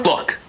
Look